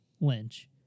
lynch